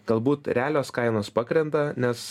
galbūt realios kainos pakrenta nes